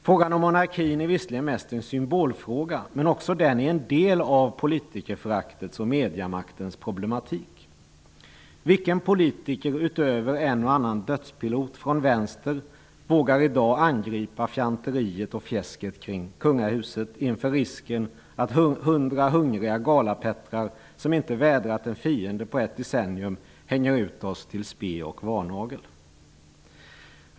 Frågan om monarkin är visserligen mest en symbolfråga, men också den är en del av politikerföraktets och mediemaktens problematik. Vilka politiker, förutom en och annan dödspilot från Vänstern, vågar i dag angripa fjanteriet och fjäsket kring kungahuset inför risken att hundra hungriga galapettrar som inte vädrat en fiende på ett decennium hänger ut oss till spe och varnagel?